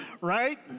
right